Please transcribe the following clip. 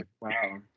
wow